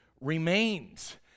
remains